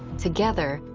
together,